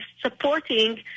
supporting